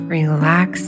relax